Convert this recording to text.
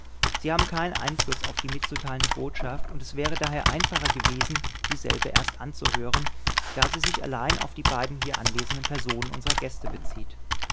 sie haben keinen einfluß auf die mitzuteilende botschaft und es wäre daher einfacher gewesen dieselbe erst anzuhören da sie sich allein auf die beiden hier anwesenden personen unserer gäste bezieht